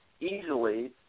easily